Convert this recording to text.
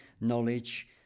knowledge